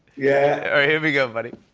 yeah. alright, here we go buddy.